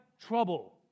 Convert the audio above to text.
trouble